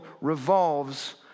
revolves